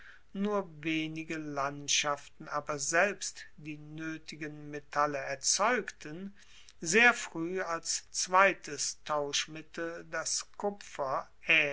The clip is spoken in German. nur wenige landschaften aber selbst die noetigen metalle erzeugten sehr frueh als zweites tauschmittel das kupfer